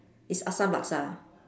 it's Assam laksa